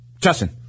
Justin